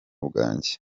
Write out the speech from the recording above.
bwanjye